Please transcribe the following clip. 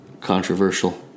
controversial